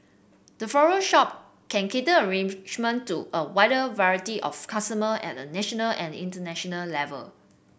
the floral shop can cater arrangement to a wider variety of customer at a national and international level